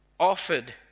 Offered